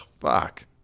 fuck